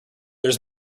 there